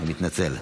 אני מתנצל.